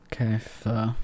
Okay